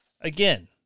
Again